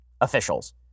officials